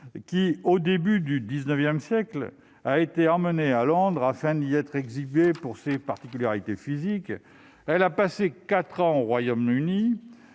qui, au début du XIX siècle, a été emmenée à Londres afin d'y être exhibée pour ses particularités physiques. Elle passa quatre ans au Royaume-Uni